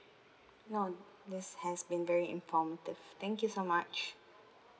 no that's has been very informative thank you so much